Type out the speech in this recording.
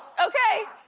okay?